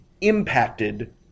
impacted